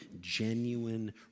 genuine